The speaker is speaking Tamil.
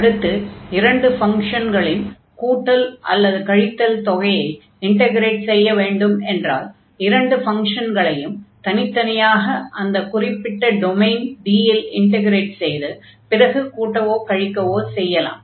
அடுத்து இரண்டு ஃபங்ஷன்களின் கூட்டல் அல்லது கழித்தல் தொகையை இன்டக்ரேட் செய்ய வேண்டும் என்றால் இரண்டு ஃபங்ஷன்களையும் தனித்தனியாக அந்த குறிப்பிட்ட டொமைன் D இல் இன்டக்ரேட் செய்து பிறகு கூட்டவோ கழிக்கவோ செய்யலாம்